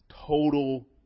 total